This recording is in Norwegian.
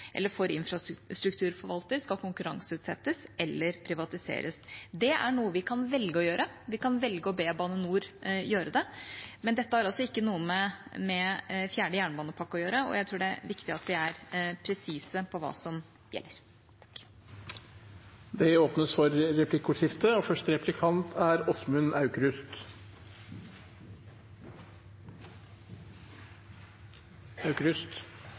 eller for infrastrukturforvalter, skal konkurranseutsettes eller privatiseres. Det er noe vi kan velge å gjøre. Vi kan velge å be Bane NOR gjøre det. Men dette har altså ikke noe med fjerde jernbanepakke å gjøre, og jeg tror det er viktig at vi er presise på hva som gjelder. Det blir replikkordskifte. Takk til utenriksministeren for et interessant innlegg nå. Europa går til valg neste søndag, og